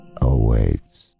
Awaits